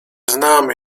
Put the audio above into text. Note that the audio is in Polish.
znamy